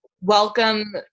welcome